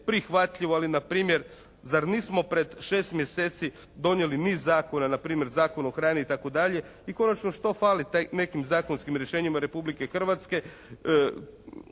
ali na primjer zar nismo pred 6 mjeseci donijeli niz zakona na primjer Zakon o hrani i tako dalje? I konačno što fali nekim zakonskim rješenjima Republike Hrvatske